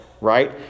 right